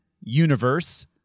universe